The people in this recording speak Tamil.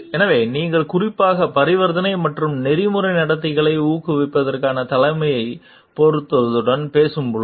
எனவே நீங்கள் குறிப்பாக பரிவர்த்தனை மற்றும் நெறிமுறை நடத்தையை ஊக்குவிப்பதற்கான தலைமையின் பொருத்தத்துடன் பேசும்போது